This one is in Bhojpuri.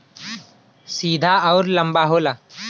सीधा अउर लंबा होला